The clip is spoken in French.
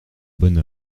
bonne